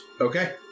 Okay